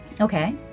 Okay